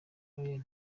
iryn